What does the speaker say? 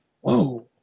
Whoa